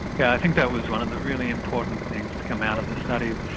yeah i think that was one of the really important things to come out of the study,